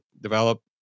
develop